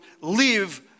live